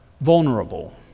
vulnerable